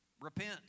Repent